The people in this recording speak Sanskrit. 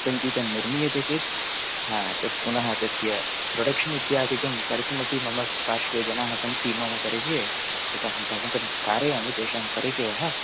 सङ्गीतनिर्मियते चेत् तत् पुनः तस्य प्रोडक्शन् इत्यादिकं कर्तुमपि मम पार्श्वे जनाः सन्ति ममोप ततः अहं भवन्तं कारयामि तेषां परिचयः